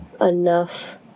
enough